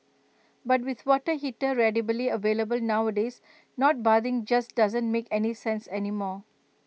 but with water heater available nowadays not bathing just doesn't make any sense anymore